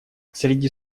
среди